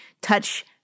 touch